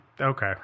Okay